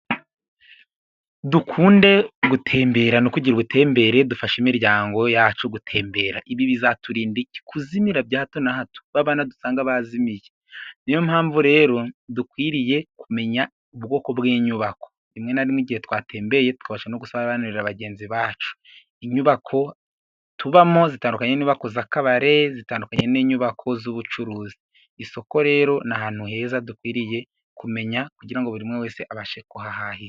Dukunde gutembera no kugira ubutembere, dufashe imiryango yacu gutembera, ibi bizarinda iki, kuzimira bya hato na hato babana dusanga dusanga bazimiye niyo mpamvu rero dukwiriye kumenya ubwoko bw'inyubako, rimwe na rimwe igihe twatembeye twabasha no gusarira bagenzi bacu, inyubako tubamo zitandukanye n'inyubako zakabare, zitandukanye n'inyubako z'ubucuruzi, isoko rero ni ahantu heza dukwiriye kumenya kugira buri wese abashe kuhahahira.